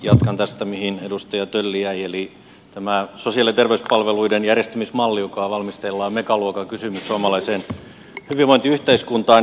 jatkan tästä mihin edustaja tölli jäi eli sosiaali ja terveyspalveluiden järjestämismalli joka on valmisteilla on megaluokan kysymys suomalaisessa hyvinvointiyhteiskunnassa